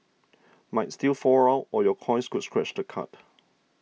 might still fall out or your coins could scratch the card